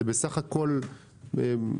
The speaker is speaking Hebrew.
זה בסך הכול מחשבון.